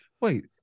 wait